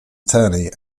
attorney